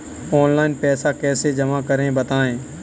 Online पैसा कैसे जमा करें बताएँ?